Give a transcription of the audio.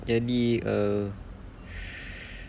daddy err